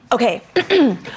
Okay